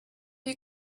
you